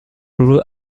grew